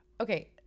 Okay